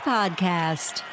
Podcast